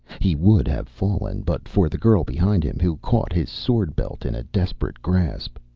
he would have fallen but for the girl behind him, who caught his sword-belt in a desperate grasp.